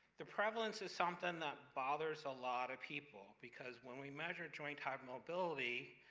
the prevalence is something that bothers a lot of people, because when we measure joint hypermobility,